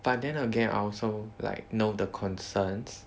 but then again I also like know the concerns